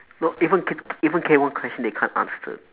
not even K K even K one question they can't answer